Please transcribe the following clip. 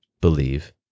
believe